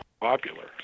popular